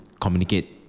communicate